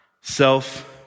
self